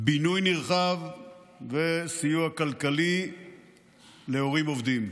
בינוי נרחב וסיוע כלכלי להורים עובדים.